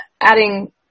adding